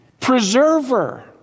Preserver